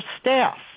staff